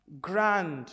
grand